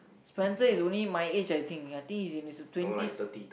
Spencer is only my age I think I think he's in his twenties